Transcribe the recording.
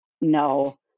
No